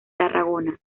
tarragona